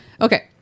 Okay